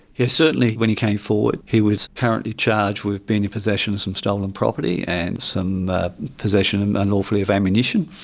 yeah certainly when he came forward he was currently charged with being in possession of some stolen property and some possession and unlawfully of ammunition.